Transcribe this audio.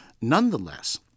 Nonetheless